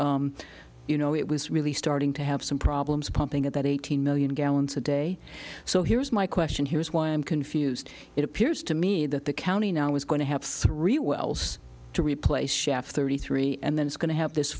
because you know it was really starting to have some problems pumping at that eighteen million gallons a day so here's my question here's why i'm confused it appears to me that the county now is going to have three wells to replace shaft thirty three and then going to help this